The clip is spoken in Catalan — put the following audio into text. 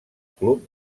club